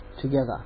together